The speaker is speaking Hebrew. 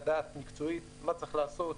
לדעת מקצועית מה צריך לעשות,